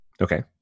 Okay